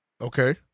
Okay